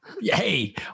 Hey